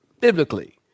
Biblically